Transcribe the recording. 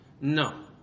No